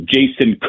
Jason